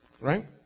Right